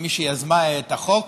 כמי שיזמה את החוק,